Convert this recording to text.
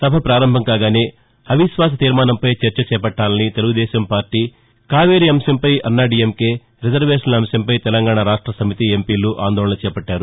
సభ ప్రారంభకాగానే అవిశ్వాస తీర్మానంపై చర్చ చేపట్లాలని తెలుగుదేశం పార్లీ కావేరీ అంశంపై అన్నాడీఎంకే రిజర్వేషన్ల అంశంపై తెలంగాణ రాష్ట సమితి ఎంపీలు ఆందోళన చేపట్టారు